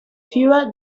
fewer